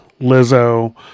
Lizzo